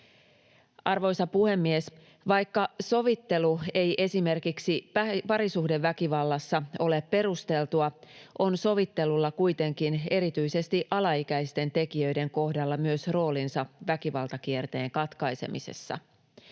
Arvoisa puhemies! Vaikka sovittelu ei esimerkiksi parisuhdeväkivallassa ole perusteltua, on sovittelulla kuitenkin erityisesti alaikäisten tekijöiden kohdalla myös roolinsa väkivaltakierteen katkaisemisessa.